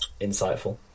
insightful